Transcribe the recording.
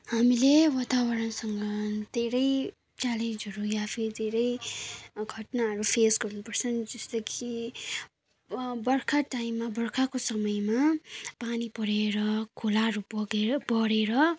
हामीले वातावरणसँग धेरै च्यालेन्जहरू या फिर धेरै घटनाहरू फेस गर्नुपर्छ जस्तै कि बर्खा टाइममा बर्खाको समयमा पानी परेर खोलाहरू बगेर बढेर